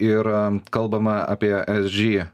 ir kalbama apie esg